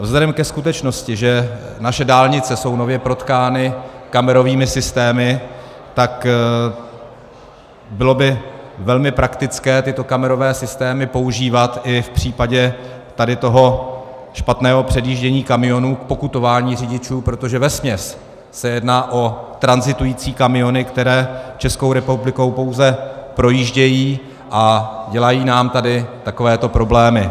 Vzhledem ke skutečnosti, že naše dálnice jsou nově protkány kamerovými systémy, tak by bylo velmi praktické tyto kamerové systémy používat i v případě tady toho špatného předjíždění kamionů k pokutování řidičů, protože vesměs se jedná o tranzitující kamiony, které Českou republikou pouze projíždějí a dělají nám tady takovéto problémy.